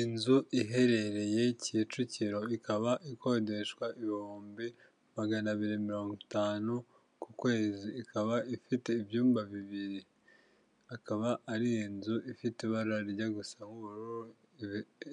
Inzu iherereye kicukiro ikaba ikodeshwa ibihumbi magana abiri mirongo itanu ku kwezi, ikaba ifite ibyumba bibiri. Akaba ari inzu ifite ibara rye gusa' ubururu